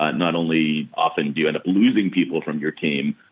ah not only often do you end up losing people from your team,